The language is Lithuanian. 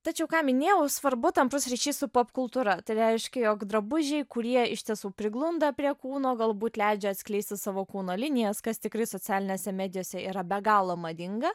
tačiau ką minėjau svarbu tamprus ryšys su popkultūra tai reiškia jog drabužiai kurie iš tiesų priglunda prie kūno galbūt leidžia atskleisti savo kūno linijas kas tikrai socialinėse medijose yra be galo madinga